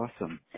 awesome